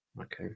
Okay